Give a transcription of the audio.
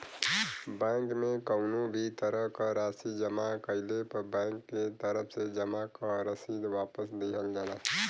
bank में कउनो भी तरह क राशि जमा कइले पर बैंक के तरफ से जमा क रसीद वापस दिहल जाला